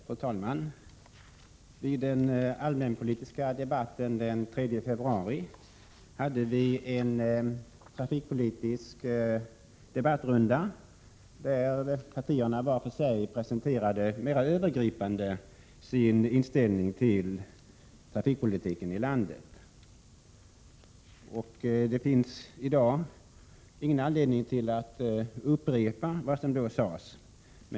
Fru talman! Vid den allmänpolitiska debatten den 3 februari hade vi en trafikpolitisk debattrunda, där partierna mera övergripande vart för sig presenterade sin inställning till trafikpolitiken i landet. Det finns i dag ingen anledning att upprepa vad som då sades.